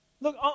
Look